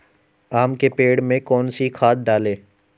आम के पेड़ में कौन सी खाद डालें?